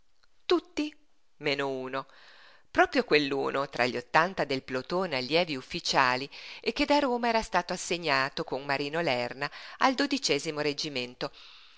tutti meno uno proprio quell'uno tra gli ottanta del plotone allievi ufficiali che da roma era stato assegnato con marino lerna al mo reggimento